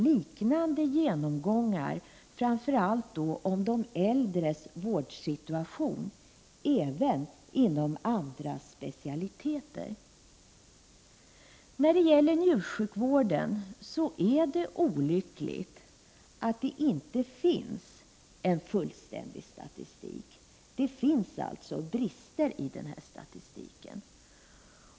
Liknande genomgångar, framför allt om de äldres vårdsituation, behövs även inom andra specialiteter. När det gäller njursjukvården är det olyckligt att det inte finns fullständig statistik. Det finns brister i statistiken.